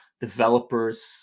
developers